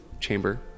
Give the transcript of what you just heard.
chamber